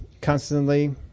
constantly